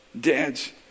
Dads